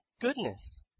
goodness